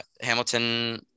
Hamilton